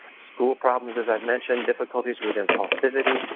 school problems as i've mentioned, difficulties with impulsivity,